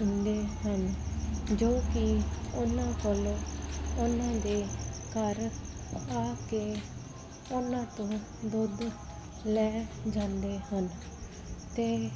ਹੁੰਦੇ ਹਨ ਜੋ ਕਿ ਉਹਨਾਂ ਕੋਲੋਂ ਉਹਨਾਂ ਦੇ ਘਰ ਆ ਕੇ ਉਹਨਾਂ ਤੋਂ ਦੁੱਧ ਲੈ ਜਾਂਦੇ ਹਨ ਅਤੇ